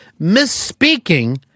misspeaking